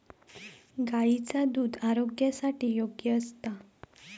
गायीचा दुध आरोग्यासाठी योग्य असता